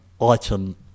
item